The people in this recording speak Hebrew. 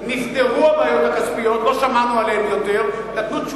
היא לא חרדה, היא חרדית.